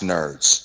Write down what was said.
Nerds